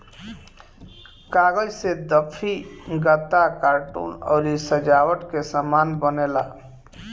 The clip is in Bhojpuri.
कागज से दफ्ती, गत्ता, कार्टून अउरी सजावट के सामान बनेला